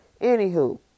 Anywho